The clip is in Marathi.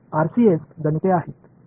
तर हे आरसीएस गणिते आहेत